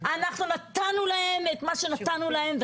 נתנו להם את מה שנתנו להם,